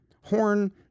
Horn